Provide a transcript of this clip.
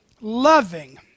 loving